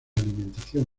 alimentación